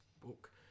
book